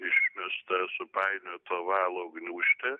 išmesta supainioto valo gniūžtė